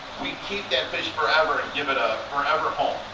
we keep that fish forever and give it a forever home.